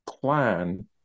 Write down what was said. plan